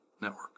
Network